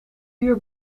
uur